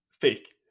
fake